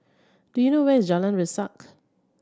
do you know where is Jalan Resak